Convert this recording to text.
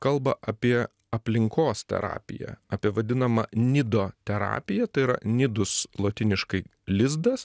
kalba apie aplinkos terapiją apie vadinamą nidoterapiją tai yra nidus lotyniškai lizdas